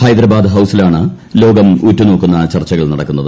ഹൈദരാബാദ് ഹൌസിലാണ് ലോകം ഉറ്റു നോക്കുന്ന ചർച്ചകൾ നടക്കുന്നത്